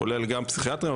הוא כולל גם פסיכיאטרים,